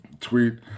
tweet